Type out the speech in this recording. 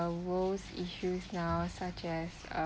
world's issues now such as